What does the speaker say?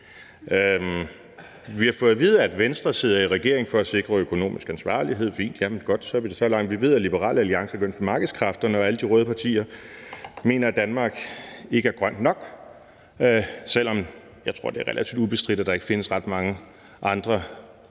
Vi har fået at vide, at Venstre sidder i regering for at sikre økonomisk ansvarlighed – fint, godt, jamen så er vi da så langt. Vi ved, at Liberal Alliance går ind for markedskræfterne, og at alle de røde partier mener, at Danmark ikke er grønt nok, selv om jeg tror, det er relativt ubestridt, at der ikke findes ret mange andre